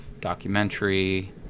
documentary